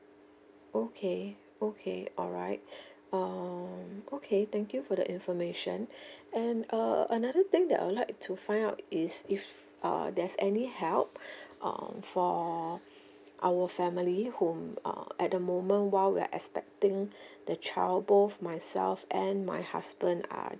okay okay alright um okay thank you for the information and uh another thing that I'll like to find out is if uh there's any help uh for our family whom uh at the moment while we're expecting the child both myself and my husband are